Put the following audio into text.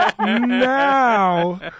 now